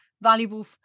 valuable